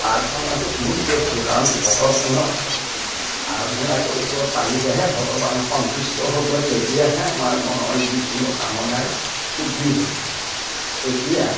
প্ৰাৰ্থনাটো মূল বস্তু কাৰণ ভগৱানক আৰাধনা কৰিব পাৰিলেহে ভগৱান সন্তুষ্ট হ'ব তেতিয়াহে আমাৰ মনৰ যিকোনো কামনাই সিদ্ধি হ'ব এতিয়া